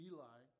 Eli